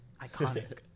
iconic